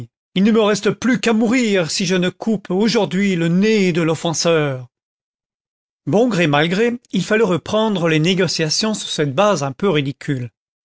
generated at reste plus qu'à mourir si je ne coupe aujourd'hui le nez de l'offenseur bon gré mal gré il fallut reprendre les négociations sur cette base un peu ridicule